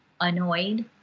annoyed